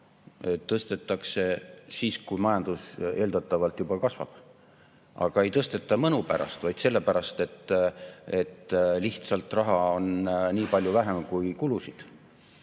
tõstetakse siis, kui majandus eeldatavalt juba kasvab. Aga ei tõsteta mõnu pärast, vaid sellepärast, et lihtsalt raha on nii palju vähem kui kulusid.